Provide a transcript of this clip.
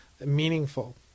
meaningful